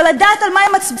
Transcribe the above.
אבל לדעת על מה הם מצביעים,